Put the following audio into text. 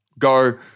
go